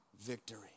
victory